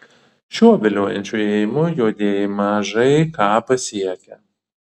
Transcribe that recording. šiuo viliojančiu ėjimu juodieji mažai ką pasiekia